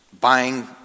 Buying